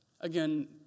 again